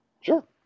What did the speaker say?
Sure